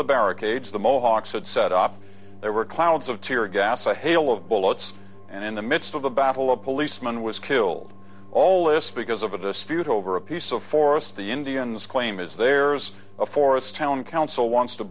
the barricades the mohawks had set up there were clouds of tear gas a hail of bullets and in the midst of the battle a policeman was killed all this because of a dispute over a piece of forest the indians claim is theirs a forest town council wants to